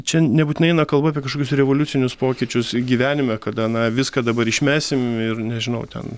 čia nebūtinai eina kalba apie kažkokius revoliucinius pokyčius gyvenime kada na viską dabar išmesim ir nežinau ten